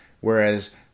Whereas